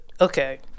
Okay